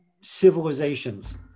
civilizations